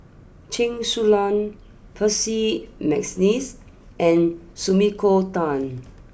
Chen Su Lan Percy McNeice and Sumiko Tan